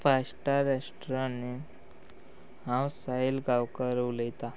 faster restaurant न्हय हांव साहील गांवकर उलयतां